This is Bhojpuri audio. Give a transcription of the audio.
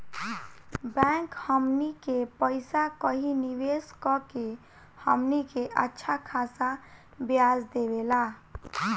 बैंक हमनी के पइसा कही निवेस कऽ के हमनी के अच्छा खासा ब्याज देवेला